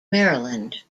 maryland